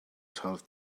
twelve